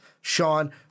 Sean